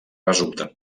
resulten